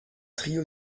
trio